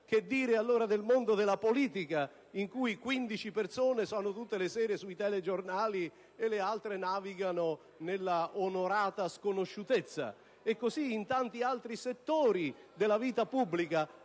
che dire del mondo della politica, in cui 15 persone sono tutte le sere sui telegiornali e le altre navigano nella onorata sconosciutezza? E così in tanti altri settori della vita pubblica,